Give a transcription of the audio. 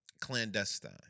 clandestine